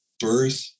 birth